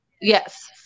yes